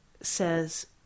says